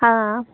آ